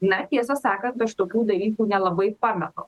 na tiesą sakant aš tokių dalykų nelabai pamenu